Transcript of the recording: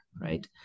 right